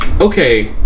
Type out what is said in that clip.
Okay